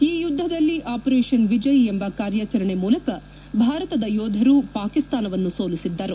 ಆ ಯುದ್ದದಲ್ಲಿ ಆಪರೇಷನ್ ವಿಜಯ್ ಎಂಬ ಕಾರ್ಯಾಚರಣೆ ಮೂಲಕ ಭಾರತದ ಯೋಧರು ಪಾಕಿಸ್ತಾನವನ್ನು ಸೋಲಿಸಿದ್ದರು